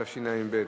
התשע"ב 2012,